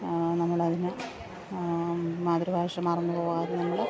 നമ്മളതിന് മാതൃഭാഷ മറന്നു പോവാതെ നമ്മള്